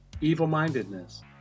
evil-mindedness